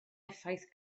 effaith